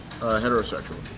Heterosexual